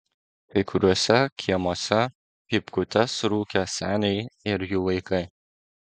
kai kuriuose kiemuose pypkutes rūkė seniai ir jų vaikai